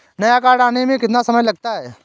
नया कार्ड आने में कितना समय लगता है?